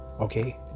okay